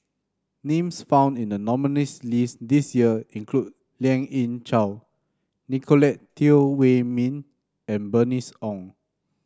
names found in the nominees' list this year include Lien Ying Chow Nicolette Teo Wei Min and Bernice Ong